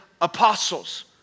apostles